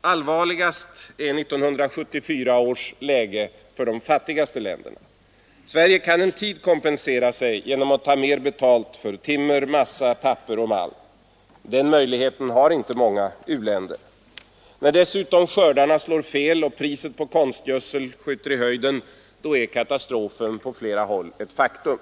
Allvarligast är 1974 års läge för de fattigaste länderna. Sverige kan en tid kompensera sig genom att ta mer betalt för timmer, massa, papper och malm. Den möjligheten har inte många u-länder. När dessutom skördarna slår fel och priset på konstgödsel skjuter i höjden är katastrofen på flera håll ett faktum.